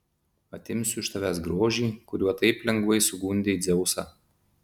atimsiu iš tavęs grožį kuriuo taip lengvai sugundei dzeusą